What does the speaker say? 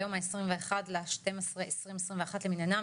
היום ה-21.12.2021 למניינם,